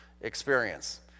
experience